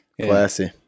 Classy